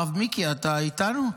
הרב מיקי, אתה איתנו?